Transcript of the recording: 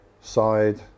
side